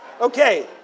Okay